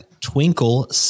Twinkle